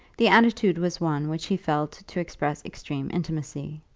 the attitude was one which he felt to express extreme intimacy.